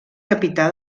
capità